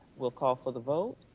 we'll call for the vote.